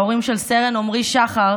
ההורים של סרן עמרי שחר,